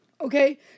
Okay